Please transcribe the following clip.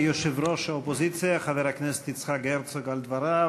תודה ליושב-ראש האופוזיציה חבר הכנסת יצחק הרצוג על דבריו.